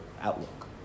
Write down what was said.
outlook